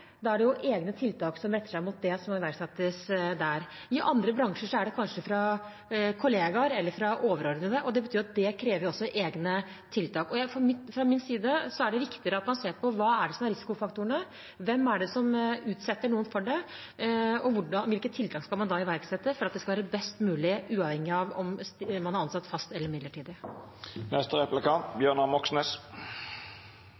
Da er det egne tiltak som retter seg mot det, som må iverksettes der. I andre bransjer er det kanskje fra kolleger eller fra overordnede. Det betyr at det krever egne tiltak. Fra min side er det viktigere at man ser på: Hva er det som er risikofaktorene? Hvem er det som utsetter noen for dette? Hvilke tiltak skal man iverksette for at det skal være best mulig, uavhengig av om man er ansatt fast eller midlertidig?